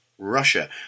Russia